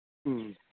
ꯎꯝ